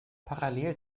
parallel